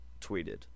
tweeted